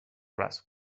رسم